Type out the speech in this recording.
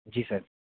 जी sir